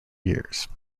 years